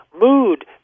mood